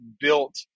built